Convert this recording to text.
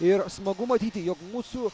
ir smagu matyti jog mūsų